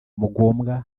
mugombwa